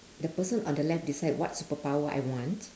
the person on the left decide what superpower power I want